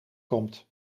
komt